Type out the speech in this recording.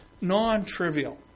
non-trivial